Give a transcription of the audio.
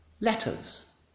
letters